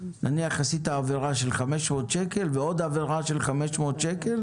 נניח עשית עבירה של 500 שקלים ועוד עבירה של 500 שקלים,